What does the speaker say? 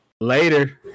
Later